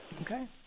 Okay